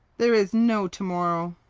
there is no to-morrow!